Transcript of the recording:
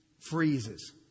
freezes